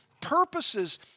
purposes